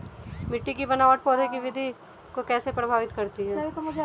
मिट्टी की बनावट पौधों की वृद्धि को कैसे प्रभावित करती है?